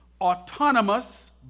autonomous